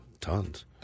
Tons